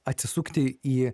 atsisukti į